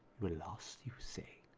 but lost you say.